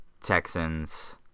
Texans